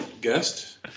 guest